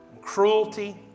cruelty